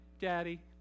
daddy